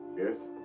yes?